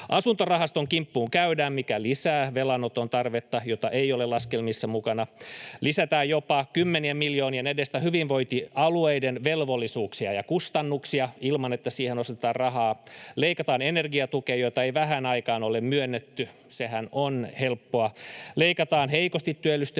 Asuntorahaston kimppuun käydään, mikä lisää velanoton tarvetta, jota ei ole laskelmissa mukana. Lisätään jopa kymmenien miljoonien edestä hyvinvointialueiden velvollisuuksia ja kustannuksia ilman, että siihen osoitetaan rahaa. Leikataan energiatukea, jota ei vähään aikaan ole myönnetty — sehän on helppoa. Leikataan heikosti työllistyvien